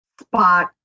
spot